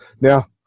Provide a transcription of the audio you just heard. Now